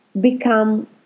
become